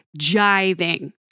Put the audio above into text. jiving